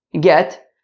get